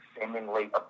seemingly